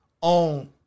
on